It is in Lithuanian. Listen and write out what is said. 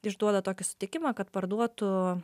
išduoda tokį sutikimą kad parduotų